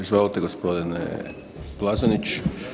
Izvolite gospodine Plazonić.